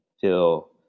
feel